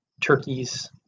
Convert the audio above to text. turkeys